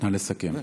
נא לסכם.